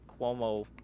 Cuomo